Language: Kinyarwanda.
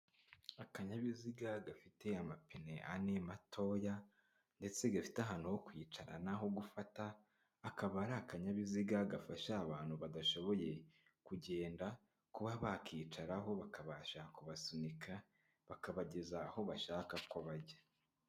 Akanyabiziga gafite amapine ane matoya ndetse gafite ahantu ho kwicarana n'aho gufata, akaba ari akanyayabiziga gafasha abantu badashoboye kugenda, kuba bakicaraho bakabasha kubasunika bakabageza aho bashaka ko bajya.